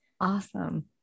Awesome